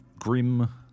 Grim